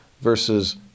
versus